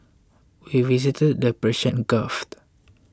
we visited the Persian Gulf